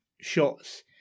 shots